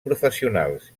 professionals